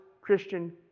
Christian